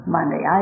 Monday